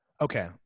Okay